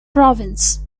province